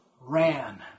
ran